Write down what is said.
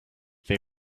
they